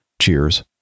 Cheers